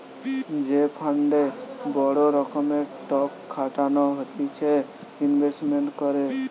যে ফান্ডে বড় রকমের টক খাটানো হতিছে ইনভেস্টমেন্ট করে